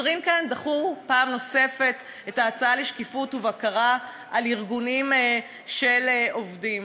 השרים דחו פעם נוספת את ההצעה לשקיפות ובקרה על ארגונים של עובדים.